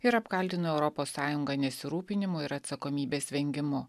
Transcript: ir apkaltino europos sąjungą nesirūpinimu ir atsakomybės vengimu